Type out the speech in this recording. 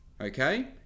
okay